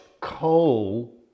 coal